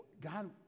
god